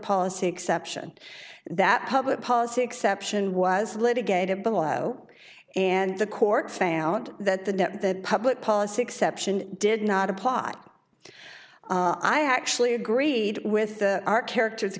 policy exception that public policy exception was litigated below and the court found that the net the public policy exception did not apply i actually agreed with our character